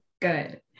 good